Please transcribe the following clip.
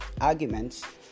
arguments